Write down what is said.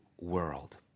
world